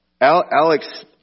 Alex